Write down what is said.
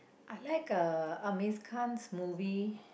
I like uh Aamir Khan's movie